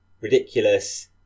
ridiculous